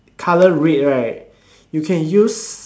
colour red right you can use